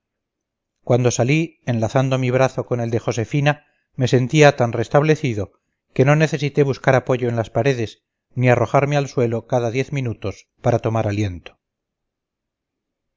cuando salí enlazando mi brazo con el de josefina me sentía tan restablecido que no necesité buscar apoyo en las paredes ni arrojarme al suelo cada diez minutos para tomar aliento